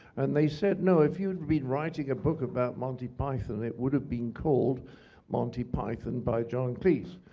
and they said, no, if you'd been writing a book about monty python, it would've been called monty python by john cleese.